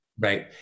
Right